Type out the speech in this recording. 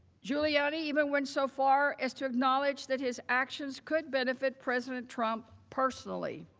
giuliani even went so far as to acknowledge that his actions could benefit president trump personally.